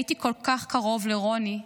הייתי כל כך קרוב לרוני,